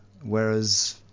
whereas